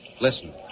Listen